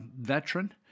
veteran